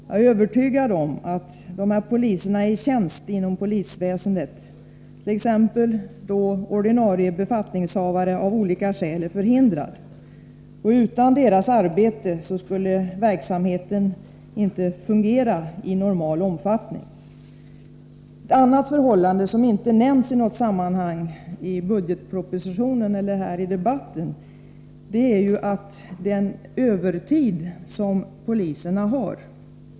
Jag är övertygad om att de här poliserna är i tjänst inom polisväsendet, t.ex. då ordinarie befattningshavare av olika skäl är förhindrad. Utan deras arbete skulle verksamheten inte fungera i normal omfattning. Ett annat förhållande som inte nämnts i något sammanhang i budgetpropositionen eller här i debatten är den övertid som poliserna har.